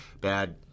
bad